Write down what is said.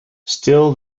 still